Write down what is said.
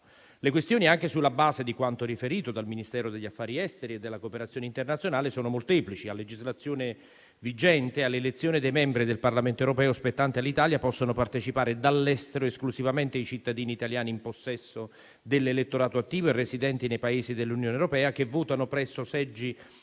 Le questioni, anche sulla base di quanto riferito dal Ministero degli affari esteri e della cooperazione internazionale, sono molteplici. A legislazione vigente, all'elezione dei membri del Parlamento europeo spettanti all'Italia possono partecipare dall'estero esclusivamente i cittadini italiani in possesso dell'elettorato attivo e residenti nei Paesi dell'Unione europea, che votano presso seggi